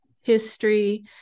history